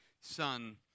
Son